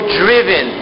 driven